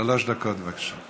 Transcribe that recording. שלוש דקות, בבקשה.